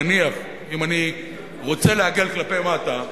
נניח אם אני רוצה לעגל כלפי מטה